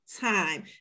time